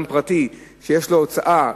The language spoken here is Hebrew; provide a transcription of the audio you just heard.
אדם פרטי שיש לו הוצאה,